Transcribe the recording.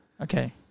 Okay